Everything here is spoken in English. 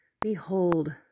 Behold